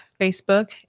Facebook